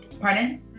Pardon